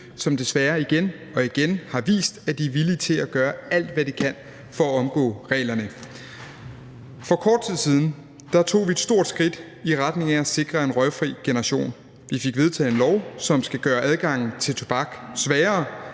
som desværre igen og igen har vist, at de er villige til at gøre alt, hvad de kan, for at omgå reglerne. For kort tid siden tog vi et stort skridt i retning af at sikre en røgfri generation. Vi fik vedtaget en lov, som skal gøre adgangen til tobak sværere,